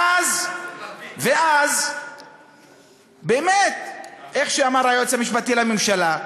ואז באמת איך שאמר היועץ המשפטי לממשלה,